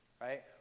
right